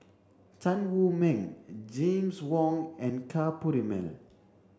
Tan Wu Meng James Wong and Ka Perumal